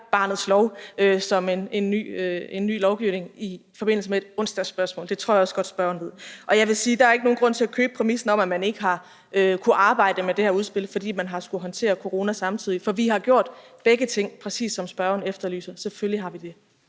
barnets lov som en ny lovgivning i forbindelse med et onsdagsspørgsmål; det tror jeg også godt spørgeren ved. Jeg vil sige, at der ikke er nogen grund til at købe præmissen om, at man ikke har kunnet arbejde med det her udspil, fordi man har skullet håndtere corona samtidig, for vi har gjort begge ting, præcis som spørgeren efterlyser det. Selvfølgelig har vi det.